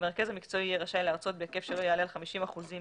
המרכז המקצועי יהיה רשאי להרצות בהיקף שלא יעלה על 50 אחוזים